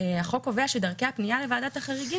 החוק קובע שדרכי הפנייה לוועדת החריגים